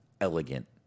elegant